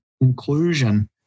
inclusion